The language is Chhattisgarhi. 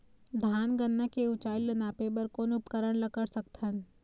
धान गन्ना के ऊंचाई ला नापे बर कोन उपकरण ला कर सकथन?